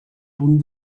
punt